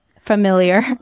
familiar